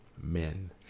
men